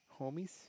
homies